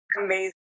amazing